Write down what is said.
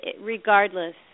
regardless